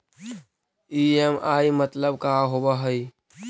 EMI मतलब का होब हइ?